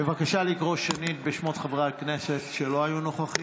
בבקשה לקרוא שנית בשמות חברי הכנסת שלא היו נוכחים.